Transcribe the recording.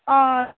आ